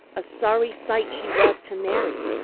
a sorry sight she was to mary,